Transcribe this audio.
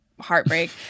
heartbreak